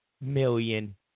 million